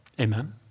Amen